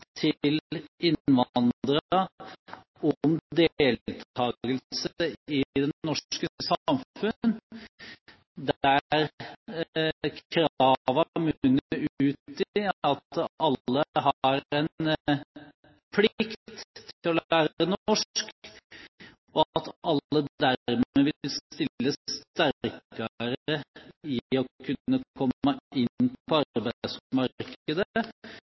til innvandrere om deltakelse i det norske samfunn, der kravene munner ut i at alle har en plikt til å lære norsk, og at alle dermed vil stille sterkere når det gjelder å komme inn på arbeidsmarkedet